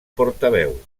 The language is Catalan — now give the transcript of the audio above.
portaveu